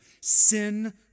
Sin